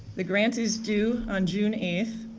the grant is due on june eight.